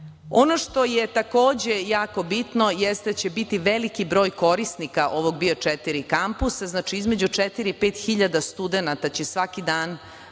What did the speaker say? što je takođe jako bitno jeste da će biti veliki broj korisnika ovog BIO4 kampusa, znači, između četiri i pet hiljada studenata će svaki dan